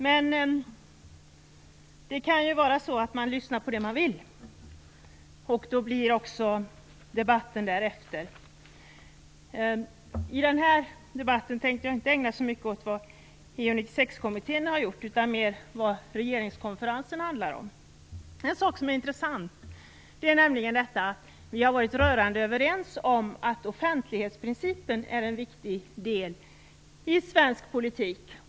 Men det kan ju vara så att man lyssnar på det man vill, och då blir också debatten därefter. I den här debatten tänkte jag inte ägna så mycket tid åt vad EU 96-kommittén har gjort utan mer åt vad regeringskonferensen handlar om. En sak som är intressant är nämligen att vi har varit rörande överens om att offentlighetsprincipen är en viktig del i svensk politik.